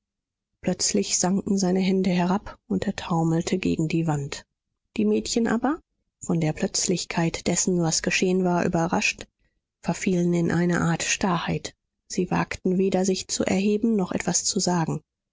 plötzlich sanken seine hände herab und er taumelte gegen die wand die mädchen aber von der plötzlichkeit dessen was geschehen war überrascht verfielen in eine art starrheit sie wagten weder sich zu erheben noch etwas zu sagen